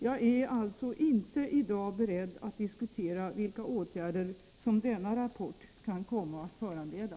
Jag är alltså inte i dag beredd att diskutera vilka åtgärder som denna rapport kan komma att föranleda.